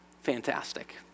fantastic